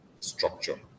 Structure